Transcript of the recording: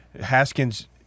Haskins